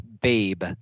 babe